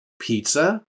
Pizza